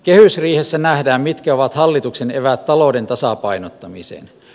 kehysriihessä nähdään mitkä ovat hallituksen eväät talouden tasapainottamiseen